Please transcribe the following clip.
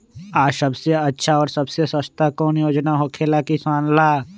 आ सबसे अच्छा और सबसे सस्ता कौन योजना होखेला किसान ला?